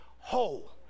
whole